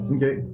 Okay